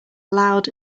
loud